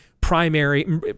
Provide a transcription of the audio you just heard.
primary